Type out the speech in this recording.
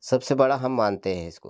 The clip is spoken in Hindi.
सबसे बड़ा हम मानते हैं इसको